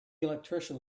electrician